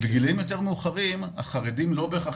בגילים יותר מאוחרים החרדים לא בהכרח